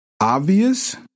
obvious